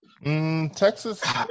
Texas